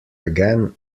again